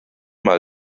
mal